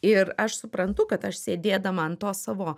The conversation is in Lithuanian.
ir aš suprantu kad aš sėdėdama ant tos savo